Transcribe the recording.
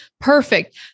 Perfect